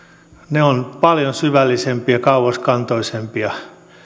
ne ovat paljon syvällisempiä kauaskantoisempia